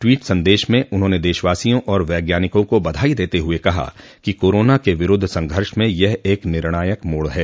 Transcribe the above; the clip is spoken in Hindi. ट्वीट संदेश में उन्होंने देशवासियों और वैज्ञानिकों को बधाई देते हुए कहा कि कोरोना के विरूद्व संघर्ष में यह एक निर्णायक मोड़ है